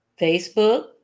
Facebook